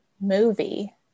movie